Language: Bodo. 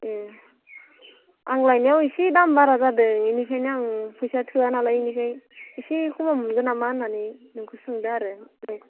ए आं लायनायाव इसे दाम बारा जादों बेनिखायनो आं फैसा थोआ नालाय बेनिखायनो इसे खमाव मोनगोन नामा होननानै नोंखौ सोंदों आरो